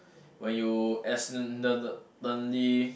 when you accidental~ tally